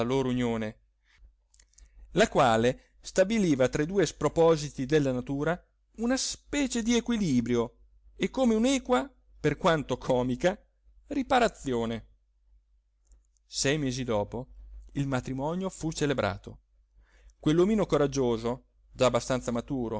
loro unione la quale stabiliva tra i due spropositi della natura una specie di equilibrio e come un'equa per quanto comica riparazione sei mesi dopo il matrimonio fu celebrato quell'omino coraggioso già abbastanza